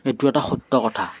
এইটো এটা সত্য কথা